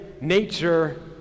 nature